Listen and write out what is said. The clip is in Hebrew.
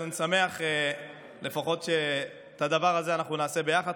אז אני שמח שלפחות את הדבר הזה אנחנו נעשה ביחד.